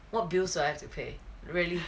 what bills will I have to pay really